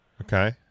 okay